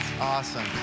awesome